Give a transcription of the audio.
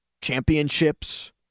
championships